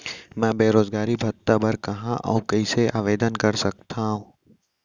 मैं बेरोजगारी भत्ता बर कहाँ अऊ कइसे आवेदन कर सकत हओं?